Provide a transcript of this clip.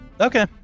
Okay